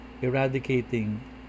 eradicating